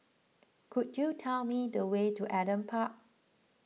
could you tell me the way to Adam Park